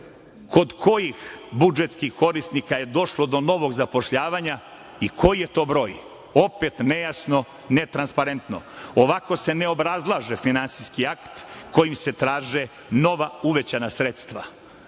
kod kojih budžetskih korisnika je došlo do novog zapošljavanja i koji je to broj? Opet nejasno, netransparentno. Ovako se ne obrazlaže finansijski akt kojim se traže nova, uvećana sredstva. Rashodi